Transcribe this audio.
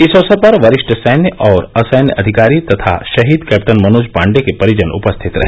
इस अवसर पर वरिष्ठ सैन्य और असैन्य अधिकारी तथा शहीद कैप्टन मनोज पांडेय के परिजन उपस्थित रहे